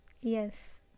yes